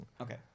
Okay